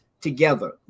together